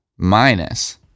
Minus